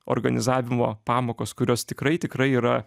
organizavimo pamokos kurios tikrai tikrai yra